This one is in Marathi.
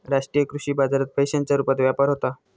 राष्ट्रीय कृषी बाजारात पैशांच्या रुपात व्यापार होता